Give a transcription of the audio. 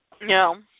No